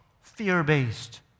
fear-based